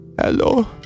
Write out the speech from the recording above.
hello